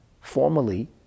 formally